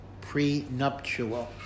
Prenuptial